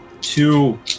two